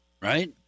Right